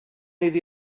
iddi